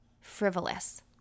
frivolous